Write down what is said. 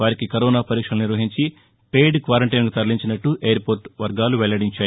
వారికి కరోనా పరీక్షలు నిర్వహించి పెయిడ్ క్వారంటైన్కు తరలించిన్నట్లు ఎయిర్పోర్టు వర్గాలు వెల్లడించాయి